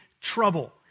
trouble